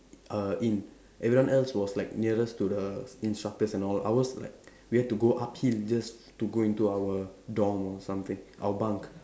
uh in everyone else was like nearest to the instructors and all ours like we had to go uphill just to go into our dorm or something our bunk